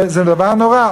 זה דבר נורא.